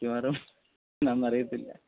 മിക്കവാറും എന്താണെന്നറിയത്തില്ല